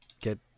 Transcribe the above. get